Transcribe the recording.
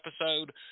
episode